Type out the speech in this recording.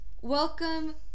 welcome